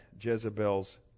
Jezebel's